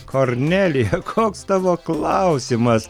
kornelija koks tavo klausimas